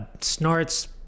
snorts